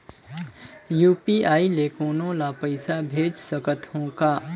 UPI ले कोनो ला पइसा भेज सकत हों का?